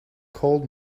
called